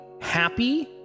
happy